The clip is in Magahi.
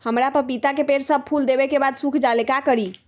हमरा पतिता के पेड़ सब फुल देबे के बाद सुख जाले का करी?